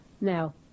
Now